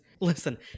Listen